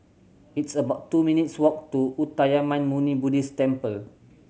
it's about two minutes' walk to Uttamayanmuni Buddhist Temple